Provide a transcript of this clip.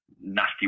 nasty